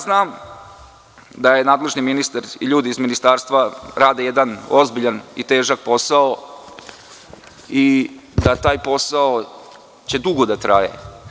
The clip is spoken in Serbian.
Znam da nadležni ministar i ljudi iz Ministarstva rade jedan ozbiljan i težak posao i da će taj posao dugo da traje.